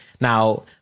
Now